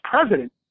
president